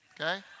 okay